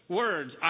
words